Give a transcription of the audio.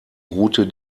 route